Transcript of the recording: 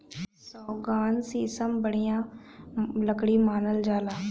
सौगन, सीसम बढ़िया लकड़ी मानल जाला